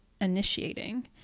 initiating